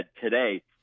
today